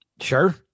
Sure